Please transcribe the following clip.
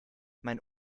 mein